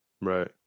Right